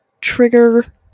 trigger